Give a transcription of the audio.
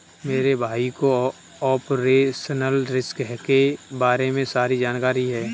मेरे भाई को ऑपरेशनल रिस्क के बारे में सारी जानकारी है